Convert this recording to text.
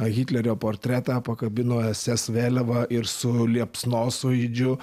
hitlerio portretą pakabino ss vėliavą ir su liepsnosvaidžiu